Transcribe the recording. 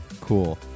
Cool